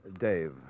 Dave